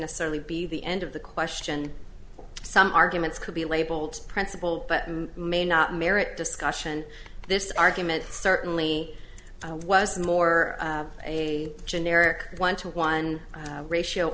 necessarily be the end of the question some arguments could be labeled principle but may not merit discussion this argument certainly was more a generic one to one ratio